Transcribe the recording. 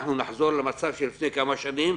אנחנו נחזור למצב של לפני כמה שנים,